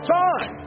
time